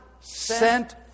sent